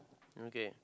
okay